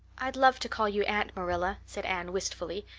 i'd love to call you aunt marilla, said anne wistfully.